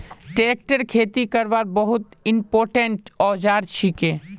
tractor खेती करवार बहुत इंपोर्टेंट औजार छिके